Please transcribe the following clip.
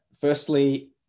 firstly